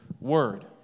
word